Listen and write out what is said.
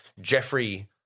Jeffrey